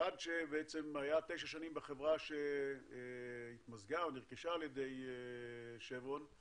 כאחד שהיה תשע שנים בחברה שהתמזגה או נרכשה על ידי שברון,